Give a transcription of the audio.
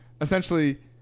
Essentially